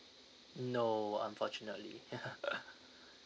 no unfortunately